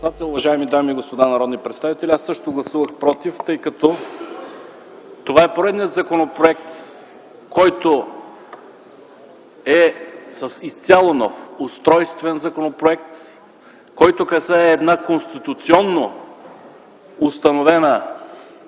Уважаеми дами и господа народни представители, аз също гласувах против, тъй като това е поредният законопроект, който е изцяло нов устройствен законопроект, който касае една конституционно установена